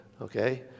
Okay